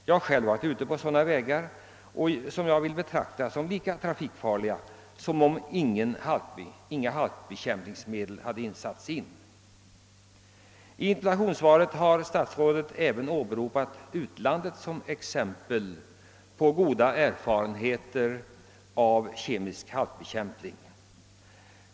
Jag har själv varit ute på sådana vägar, som jag vill betrakta som lika trafikfarliga som sådana på vilka inga halkbekämpningsmedel satts in. I interpellationssvaret har statsrådet även åberopat exempel på goda erfarenheter från utlandet av kemisk halk bekämpning.